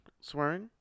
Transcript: swearing